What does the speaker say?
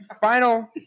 final